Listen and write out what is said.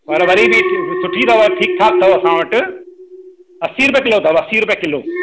पर वरी बि सुठी अथव ठीकु ठाकु अथव असां वटि असी रुपये किलो अथव असी रुपये किलो